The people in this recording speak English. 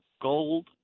gold